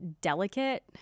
delicate